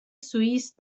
سوئیس